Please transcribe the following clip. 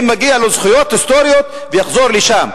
אם מגיעות לו זכויות היסטוריות, יחזור לשם.